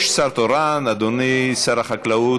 יש שר תורן, אדוני שר החקלאות,